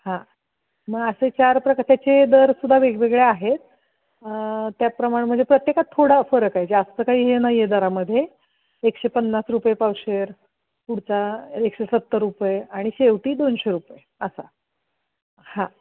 हां मग असे चार तर त्याचे दर सुद्धा वेगवेगळे आहेत त्याचप्रमाणे म्हणजे प्रत्येकात थोडा फरक आहे जास्त काही हे नाही आहे दरामध्ये एकशे पन्नास रुपये पावशेर पुढचा एकशे सत्तर रुपये आणि शेवटी दोनशे रुपये असा हां